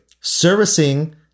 Servicing